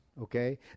Okay